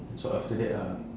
so after that ah